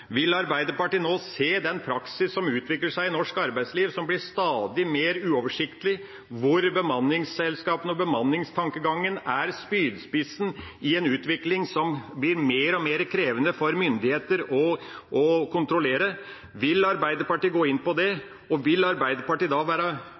Vil Arbeiderpartiet nå se den praksis som utvikler seg i norsk arbeidsliv, som blir stadig mer uoversiktlig, hvor bemanningsselskapene og bemanningstankegangen er spydspissen i en utvikling som blir mer og mer krevende for myndigheter å kontrollere? Vil Arbeiderpartiet gå inn på det?